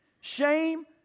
Shame